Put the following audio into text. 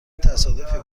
تصادفی